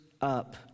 up